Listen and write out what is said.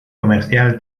comercial